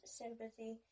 sympathy